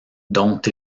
dont